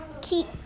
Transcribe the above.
keep